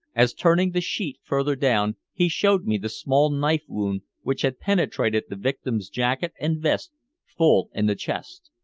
as turning the sheet further down he showed me the small knife wound which had penetrated the victim's jacket and vest full in the chest.